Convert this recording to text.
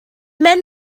men